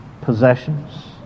possessions